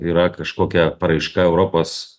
yra kažkokia paraiška europos